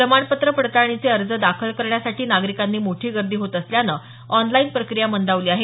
प्रमाणपत्र पडताळणीचे अर्ज दाखल करण्यासाठी नागरिकांची मोठी गर्दी होत असल्यानं ऑनलाईन प्रक्रिया मंदावली आहे